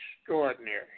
extraordinary